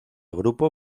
grupo